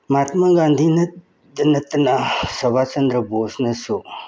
ꯃꯍꯥꯇꯃꯥ ꯒꯥꯟꯙꯤꯅꯗ ꯅꯠꯇꯅ ꯁꯨꯕꯥꯁ ꯆꯟꯗ꯭ꯔ ꯕꯣꯁꯅꯁꯨ